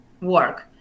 work